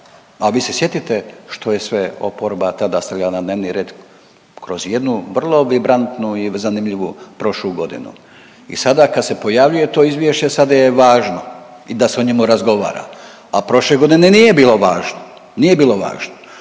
a vi se sjetite što je sve oporba tada stavljala na dnevni red kroz jednu vrlo vibrantnu i zanimljivu prošlu godinu. I sada kad se pojavljuje to izvješće, sada je važno i da se o njemu razgovara, a prošle godine nije bilo važno, nije bilo važno.